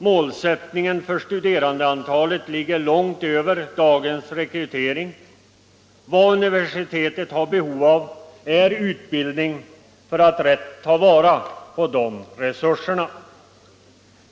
Målsättningen för studerandeantalet ligger långt över dagens rekrytering. Vad universitetet har behov av är utbildning för att rätt ta vara på resurserna.